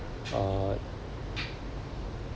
uh